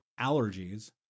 allergies